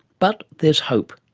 but there is hope.